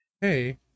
hey